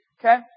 Okay